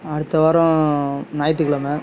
அடுத்த வாரம் நாயித்துக்கிழம